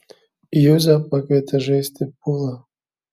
juzę pakvietė žaisti pulą